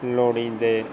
ਲੋੜੀਂਦੇ